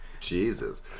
Jesus